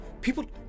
People